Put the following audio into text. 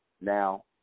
Now